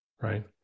right